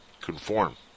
conform